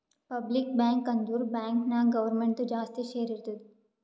public bank ಅಂದುರ್ bank ನಾಗ್ ಗೌರ್ಮೆಂಟ್ದು ಜಾಸ್ತಿ ಶೇರ್ ಇರ್ತುದ್